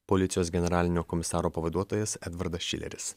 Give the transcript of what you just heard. policijos generalinio komisaro pavaduotojas edvardas šileris